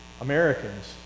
Americans